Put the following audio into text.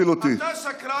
אתה יודע שאתה שקרן.